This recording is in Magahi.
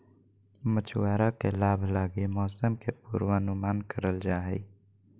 मछुआरा के लाभ लगी मौसम के पूर्वानुमान करल जा हइ